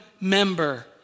member